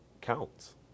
counts